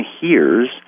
hears